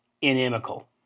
inimical